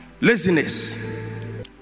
Laziness